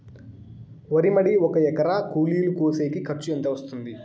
వరి మడి ఒక ఎకరా కూలీలు కోసేకి ఖర్చు ఎంత వస్తుంది?